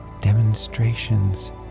demonstrations